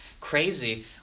crazy